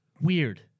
weird